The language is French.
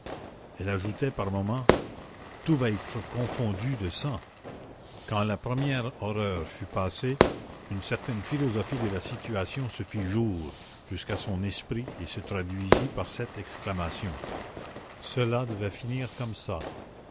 elle ajoutait par moments tout va être confondu de sang quand la première horreur fut passée une certaine philosophie de la situation se fit jour jusqu'à son esprit et se traduisit par cette exclamation cela devait finir comme ça